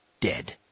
dead